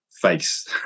face